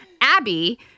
Abby